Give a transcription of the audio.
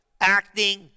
acting